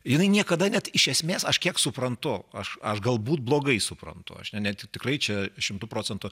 jinai niekada net iš esmės aš kiek suprantu aš aš galbūt blogai suprantu aš ne tik tikrai čia šimtu procentų